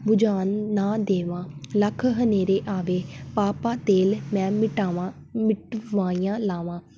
ਬੁਝਾਉਣ ਨਾ ਦੇਵਾਂ ਲੱਖ ਹਨੇਰੇ ਆਵੇ ਪਾ ਪਾ ਤੇਲ ਮੈਂ ਮਿਟਾਵਾਂ ਮਿਟਵਾਈਆਂ ਲਾਵਾਂ